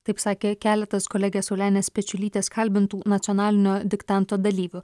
taip sakė keletas kolegės saulenės pečiulytės kalbintų nacionalinio diktanto dalyvių